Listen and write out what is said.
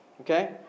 Okay